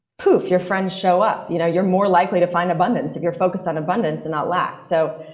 poof your friend show up. you know you're more likely to find abundance, if you're focused on abundance and not lack. so,